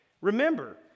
Remember